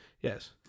Yes